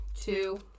two